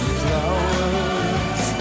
flowers